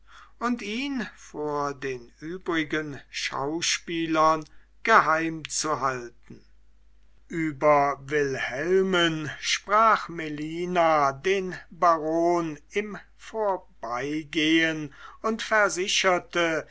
und ihn vor den übrigen schauspielern geheimzuhalten über wilhelmen sprach melina den baron im vorbeigehen und versicherte